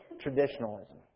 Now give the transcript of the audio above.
Traditionalism